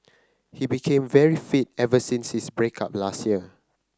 he became very fit ever since his break up last year